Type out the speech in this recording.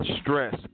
Stress